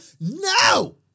No